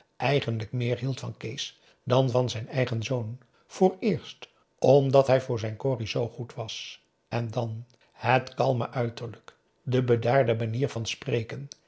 eigenlijk meer hield van kees dan van zijn eigen zoon vooreerst omdat hij voor zijn corrie zoo goed was en dan het kalme uiterlijk de bedaarde manier van spreken